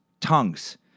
tongues